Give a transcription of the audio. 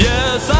Yes